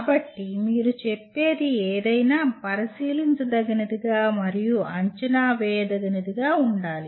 కాబట్టి మీరు చెప్పేది ఏదైనా పరిశీలించదగినదిగా మరియు అంచనా వేయదగినదిగా ఉండాలి